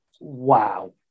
Wow